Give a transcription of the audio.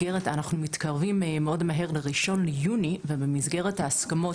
אנחנו מתקרבים מהר מאוד ל-1 ביוני ובמסגרת ההסכמות